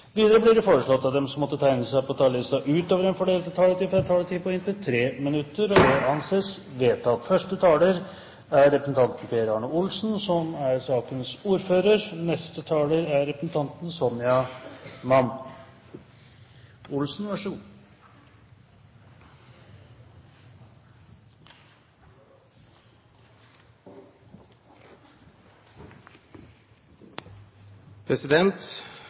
Videre blir det foreslått at de som måtte tegne seg på talerlisten utover den fordelte taletid, får en taletid på inntil 3 minutter. – Det anses vedtatt. Som Stortinget registrerer, er det nå en ny «helseminister» som er til stede. Det er